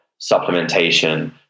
supplementation